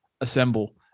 assemble